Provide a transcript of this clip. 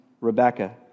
Rebecca